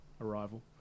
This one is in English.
Arrival